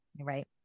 Right